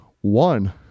one